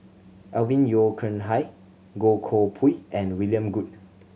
Alvin Yeo Khirn Hai Goh Koh Pui and William Goode